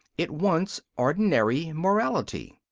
it wants ordinary morality.